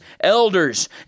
elders